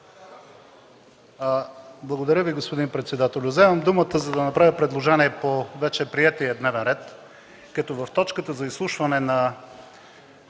Благодаря Ви, господин председателю. Вземам думата, за да направя предложение по вече приетия дневен ред. В точката за изслушване на